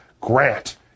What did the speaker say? Grant